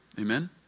Amen